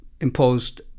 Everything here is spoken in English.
imposed